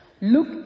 Look